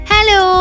Hello